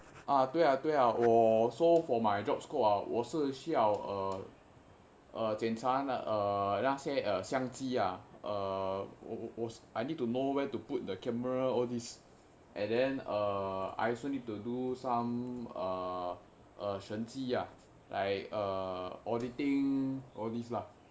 啊对呀对呀我 so for my job scope ah 我是需要检查那些呃相机:wo shi xu yao jian cha nei xie eai xiang ji ah err I need to know where to put the camera all this and then err I also need to do some err err 神价啊 like err auditing all these lah